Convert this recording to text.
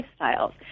lifestyles